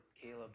Caleb